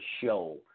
show